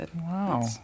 Wow